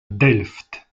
delft